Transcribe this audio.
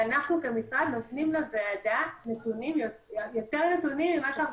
ואנחנו כמשרד נותנים לוועדה יותר נתונים ממה שאנחנו